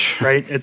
right